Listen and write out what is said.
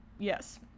Yes